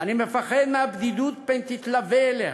אני מפחד מהבדידות פן תתלווה אליה.